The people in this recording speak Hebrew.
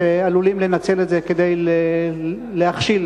שכל אדם רואה משתמש, להקל עליהם כדי שלא יכשילו